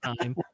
time